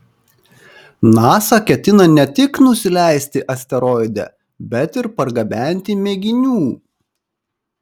nasa ketina ne tik nusileisti asteroide bet ir pargabenti mėginių